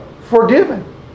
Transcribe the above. forgiven